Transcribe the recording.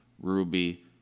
Ruby